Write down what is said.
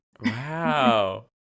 Wow